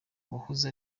uwahoze